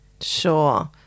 Sure